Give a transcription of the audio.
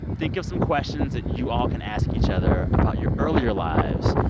think of some questions that you all can ask each other about your earlier lives,